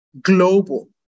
global